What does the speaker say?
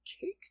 Cake